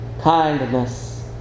kindness